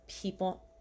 people